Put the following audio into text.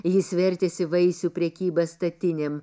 jis vertėsi vaisių prekyba statinėm